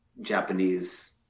Japanese